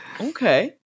okay